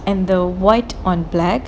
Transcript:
and the white on black